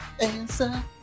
answer